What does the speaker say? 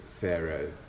Pharaoh